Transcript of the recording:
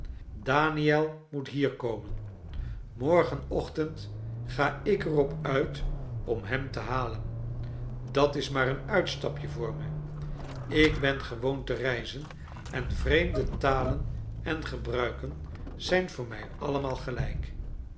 daniel moet hier komen morgenochtend ga ik er op uit om hem te halen dat is maar een uitstapje voor me ik ben gewoon te reizen en vreemde talen en gebruiken zijn voor mij allemaal gelijk